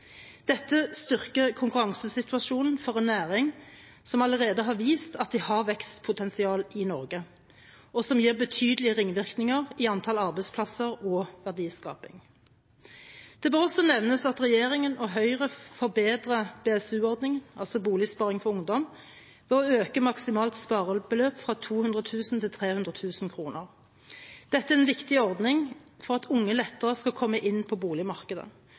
Dette styrker konkurransesituasjonen for en næring som allerede har vist at de har vekstpotensial i Norge, og som gir betydelige ringvirkninger i antall arbeidsplasser og verdiskaping. Det bør også nevnes at regjeringen og Høyre forbedrer BSU-ordningen, boligsparing for ungdom, ved å øke maksimalt sparebeløp fra 200 000 kr til 300 000 kr. Dette er en viktig ordning for at unge lettere skal komme inn på boligmarkedet.